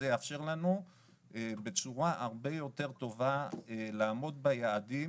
זה יאפשר לנו בצורה הרבה יותר טובה לעמוד ביעדים,